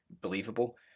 believable